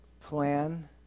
plan